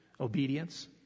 obedience